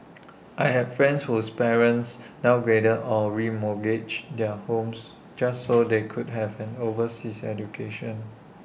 I had friends whose parents downgraded or remortgaged their homes just so they could have an overseas education